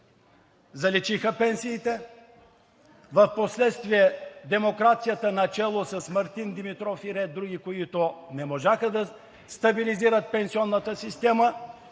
заличиха пенсиите, впоследствие демокрацията начело с Мартин Димитров и ред други, които не можаха да стабилизират пенсионната система,